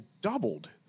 doubled